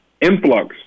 influx